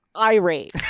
irate